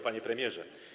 Panie Premierze!